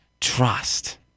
Trust